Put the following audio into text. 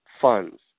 funds